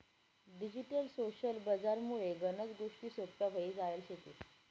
digital social बजार मुळे गनच गोष्टी सोप्प्या व्हई जायल शेतीस